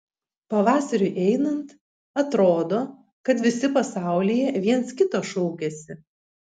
pavasariui einant atrodo kad visi pasaulyje viens kito šaukiasi